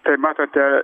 tai matote